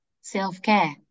Self-care